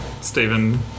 Stephen